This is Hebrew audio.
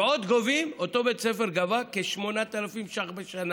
ואותו בית ספר עוד גבה כ-8,000 שקל בשנה.